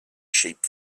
sheep